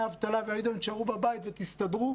אבטלה ויגידו להם שיישארו בבית ויסתדרו,